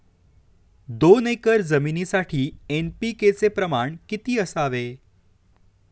दोन एकर जमिनीसाठी एन.पी.के चे प्रमाण किती असावे?